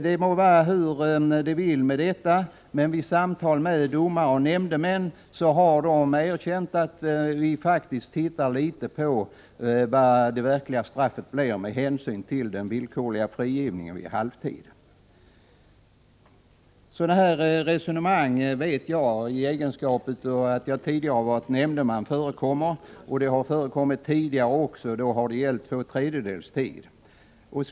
Det må vara hur som helst med det, men vid samtal med domare och nämndemän har de erkänt att de faktiskt tittar litet på vad det verkliga straffet blir med hänsyn till den villkorliga frigivningen vid halvtid. I min egenskap av tidigare nämndeman vet jag att sådana resonemang förekommer. De förekom också tidigare, och då gällde det två tredjedels strafftid.